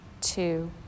two